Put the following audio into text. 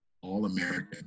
All-American